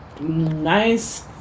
Nice